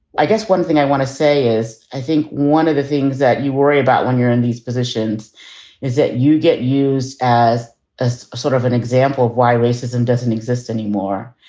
i guess one thing i want to say is i think one of the things that you worry about when you're in these positions is that you get used as a sort of an example of why racism doesn't exist anymore.